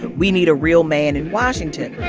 we need a real man in washington